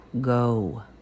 go